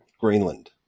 greenland